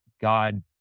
God